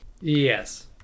Yes